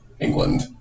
England